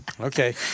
Okay